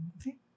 Okay